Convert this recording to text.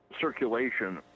circulation